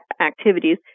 activities